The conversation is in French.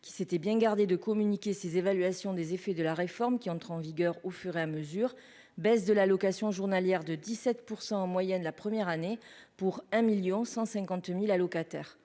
qui s'était bien gardé de communiquer ses évaluations des effets de la réforme qui entre en vigueur au fur et à mesure, baisse de l'allocation journalière de 17 % en moyenne, la première année pour un 1000000 150000 allocataires